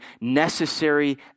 necessary